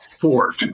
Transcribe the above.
Fort